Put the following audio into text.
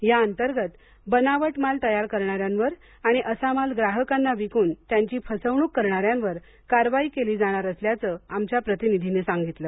या अंतर्गत बनावट माल तयार करणाऱ्यांवर आणि असा माल ग्राहकांना विकून त्यांची फसवणूक करणाऱ्यांवर कारवाई केली जाणार असल्याचं आमच्या प्रतिनिधीनं सांगितलं